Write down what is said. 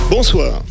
Bonsoir